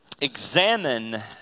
examine